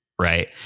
right